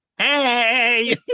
Hey